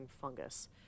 fungus